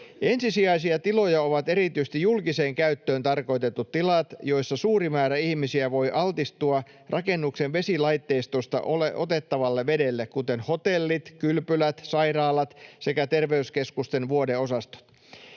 Ensisijaisia tiloja ovat erityisesti julkiseen käyttöön tarkoitetut tilat, joissa suuri määrä ihmisiä voi altistua rakennuksen vesilaitteistosta otettavalle vedelle, kuten hotellit, kylpylät, sairaalat sekä terveyskeskusten vuodeosastot.